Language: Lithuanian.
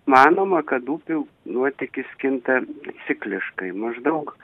manoma kad upių nuotėkis kinta cikliškai maždaug